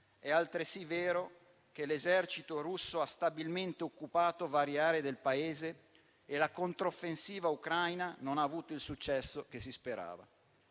è altresì vero che l'esercito russo ha stabilmente occupato varie aree del Paese e la controffensiva ucraina non ha avuto il successo che si sperava.